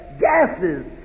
gases